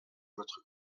votre